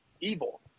evil